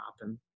happen